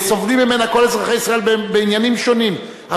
כל אזרחי ישראל, סובלים ממנה בעניינים שונים.